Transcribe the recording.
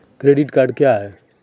Credit card क्या हैं?